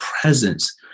presence